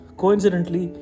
coincidentally